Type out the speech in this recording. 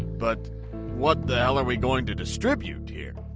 but what the hell are we going to distribute here?